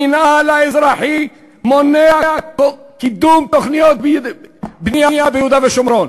המינהל האזרחי מונע קידום תוכניות ביהודה ושומרון.